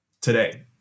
today